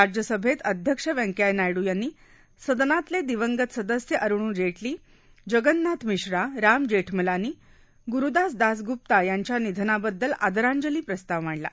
राज्यसभेत अध्यक्ष व्यंकय्या नायडू यांनी सदनातले दिवंगत सदस्य अरुण जेटली जगन्नाथ मिश्रा राम जेठमलानी ग्रुदास दासग्प्ता यांच्या निधनाबददल आदरांजली प्रस्ताव मांडला